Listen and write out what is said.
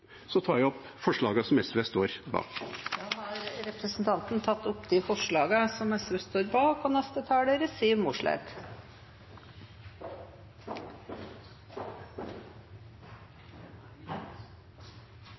Så tar jeg opp forslagene som SV står bak. Da har representanten Arne Nævra tatt opp de